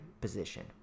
position